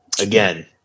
again